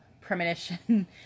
premonition